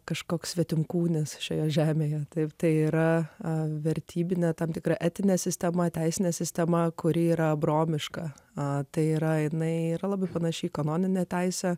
kažkoks svetimkūnis šioje žemėje taip tai yra a vertybine tam tikra etine sistema teisine sistema kuri yra abromiška tai yra jinai yra labai panaši į kanoninę teisę